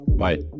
Bye